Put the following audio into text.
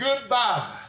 goodbye